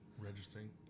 Registering